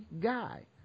guy